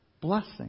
blessing